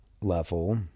level